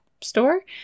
store